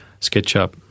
SketchUp